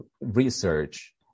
research